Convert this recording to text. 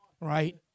right